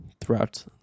throughout